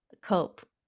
cope